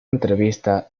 entrevista